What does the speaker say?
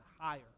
higher